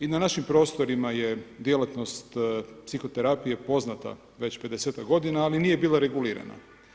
I na našim prostorima je djelatnost psihoterapije poznata već 50-tak godina, ali nije bila regulirana.